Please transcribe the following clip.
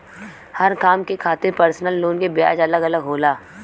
हर काम के खातिर परसनल लोन के ब्याज अलग अलग होला